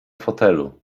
fotelu